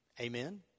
Amen